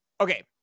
okay